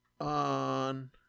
on